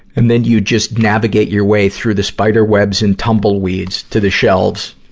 and then you'd just navigate your way through the spider webs and tumbleweeds to the shelves,